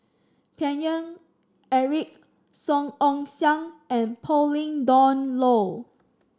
Paine Eric Song Ong Siang and Pauline Dawn Loh